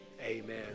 amen